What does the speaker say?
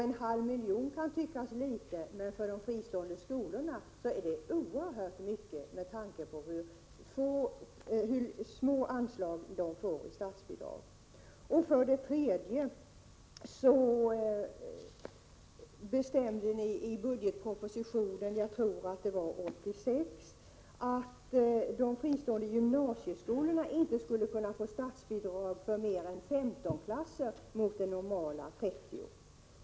En halv miljon kan tyckas litet, men för de fristående skolorna är det oerhört mycket, med tanke på hur små statsbidrag de får. För det tredje bestämde ni i budgetpropositionen — jag tror att det var 1986 — att de fristående gymnasieskolorna inte skulle kunna få statsbidrag för mer än 15-klasser, mot det normala 30-klasser.